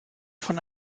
von